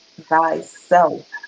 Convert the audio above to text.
thyself